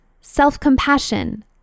self-compassion